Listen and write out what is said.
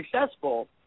successful